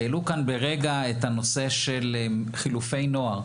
העלו כאן את הנושא של חילופי נוער.